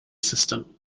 system